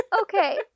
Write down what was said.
Okay